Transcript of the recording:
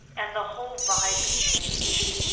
and the whole vibe changed.